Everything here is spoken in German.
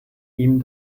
ihm